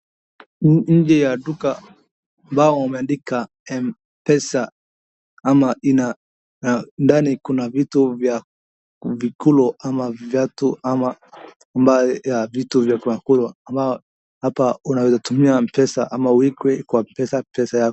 Nje ya duka ambayo wameandika mpesa ama ina ndani kuna vitu vya vikulo ama viatu ama ambaye vitu vya kukula ambaye hapa unaweza tumia mpesa ama uweke kwa mpesa pesa yako.